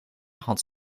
had